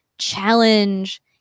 challenge